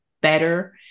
better